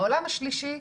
העולם השלישי,